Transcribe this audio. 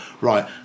right